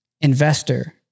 investor